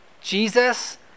Jesus